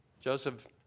Joseph